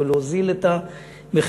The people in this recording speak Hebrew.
להוריד את המחירים.